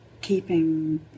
keeping